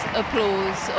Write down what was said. applause